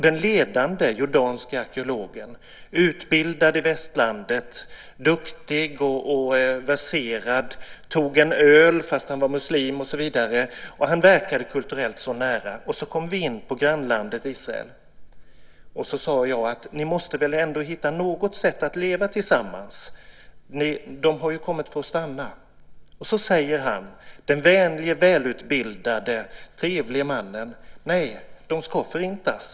Den ledande jordanska arkeologen, utbildad i västlandet, duktig och verserade, tog en öl fast han var muslim och så vidare. Han verkade så kulturellt nära. Så kom vi in på grannlandet Israel. Jag sade: Ni måste väl ändå hitta något sätt att leva tillsammans? De har ju kommit för att stanna. Då sade han, den vänliga, välutbildade och trevliga mannen: Nej, de ska förintas.